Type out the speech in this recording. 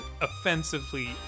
offensively